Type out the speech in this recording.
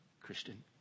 Christian